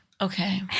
Okay